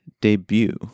debut